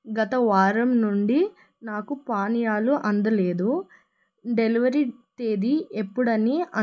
గత వారం నుండి నాకు పానీయాలు అందలేదు డెలివరీ తేదీ ఎప్పుడని అంచనా